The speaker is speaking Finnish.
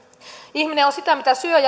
ihminen on sitä mitä syö